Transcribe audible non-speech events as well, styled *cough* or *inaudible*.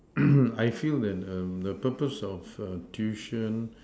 *coughs* I feel that um the purpose of err tuition